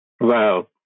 Wow